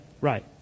right